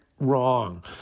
Wrong